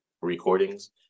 recordings